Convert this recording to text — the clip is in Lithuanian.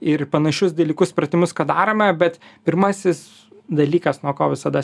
ir panašius dalykus pratimus kad daroma bet pirmasis dalykas nuo ko visada